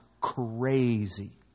crazy